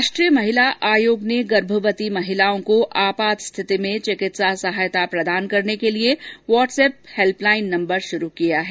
राष्ट्रीय महिला आयोग ने गर्भवती महिलाओं को आपात स्थिति में चिकित्सा सहायता प्रदान करने के लिए व्हाट्सएप हेल्पलाइन नंबर शुरू किया है